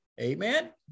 Amen